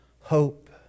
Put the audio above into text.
hope